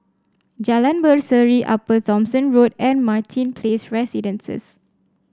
Jalan Berseri Upper Thomson Road and Martin Place Residences